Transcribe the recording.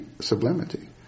sublimity